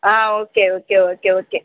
ah okay okay okay okay